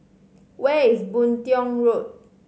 where is Boon Tiong Road